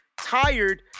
tired